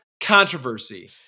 controversy